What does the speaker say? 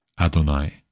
Adonai